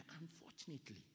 unfortunately